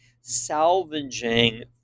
salvaging